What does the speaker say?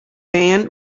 ban